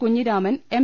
Kunhiraman M